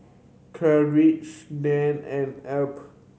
Carleigh Diann and Elby